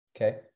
okay